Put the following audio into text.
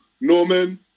Norman